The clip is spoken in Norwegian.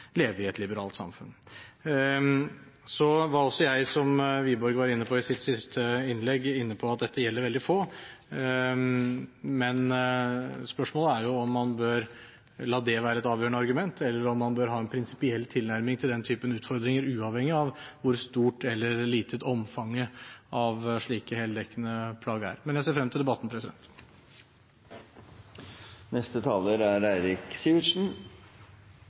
leve i et liberalt samfunn. Så var også jeg inne på det som Wiborg var inne på i sitt siste innlegg, at dette gjelder veldig få. Men spørsmålet er jo om man bør la det være et avgjørende argument, eller om man bør ha en prinsipiell tilnærming til den typen utfordringer, uavhengig av hvor stort eller lite omfanget av slike heldekkende plagg er. Men jeg ser frem til debatten.